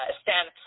stand